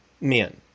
men